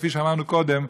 כפי שאמרנו קודם,